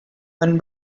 when